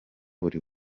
buri